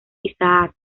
isaac